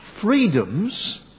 freedoms